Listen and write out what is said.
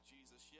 Jesus